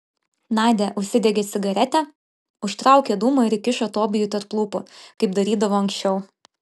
nadia užsidegė cigaretę užtraukė dūmą ir įkišo tobijui tarp lūpų kaip darydavo anksčiau